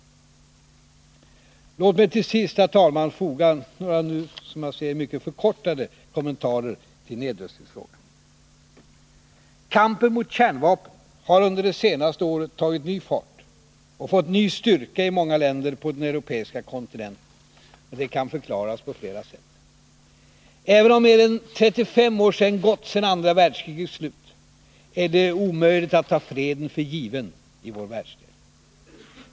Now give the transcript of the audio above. Låt mig till sist, herr talman, göra några mycket kortfattade kommentarer till nedrustningsfrågan. Kampen mot kärnvapen har under det senaste året tagit ny fart och fått ny styrka i många länder på den europeiska kontinenten. Detta kan förklaras på flera sätt. Även om det gått mer än 35 år sedan andra världskrigets slut, är det omöjligt att ta freden för given i vår världsdel.